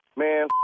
man